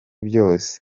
byose